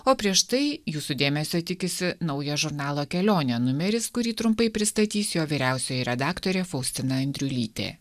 o prieš tai jūsų dėmesio tikisi naujas žurnalo kelionė numeris kurį trumpai pristatys jo vyriausioji redaktorė faustina andriulytė